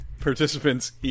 participants